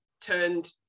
turned